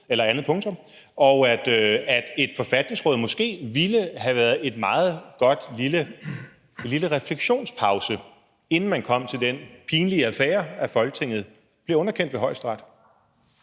§ 3, 2. punktum. Et forfatningsråd ville måske have været meget godt, en lille refleksionspause, inden man kom til den pinlige affære, at Folketinget blev underkendt ved Højesteret.